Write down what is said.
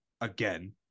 again